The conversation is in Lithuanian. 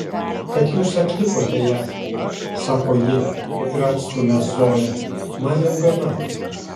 kad jūs atlikote ją sako ji ir atstumia zoją man jau gana